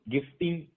Gifting